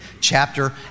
chapter